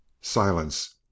Silence